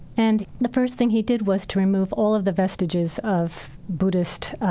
and the first thing he did was to remove all of the vestiges of buddhist,